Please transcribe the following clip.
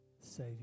savior